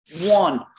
one